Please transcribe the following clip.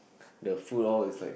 the food all is like